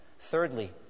Thirdly